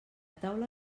taula